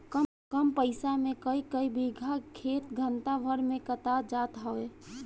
combine से कईकई बीघा खेत घंटा भर में कटात जात हवे